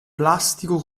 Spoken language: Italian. plastico